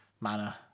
manner